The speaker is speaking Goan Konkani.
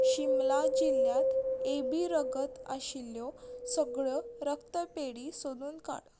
शिमला जिल्ल्यांत ए बी रगत आशिल्ल्यो सगळ्यो रक्तपेढी सोदून काड